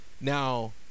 Now